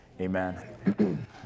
Amen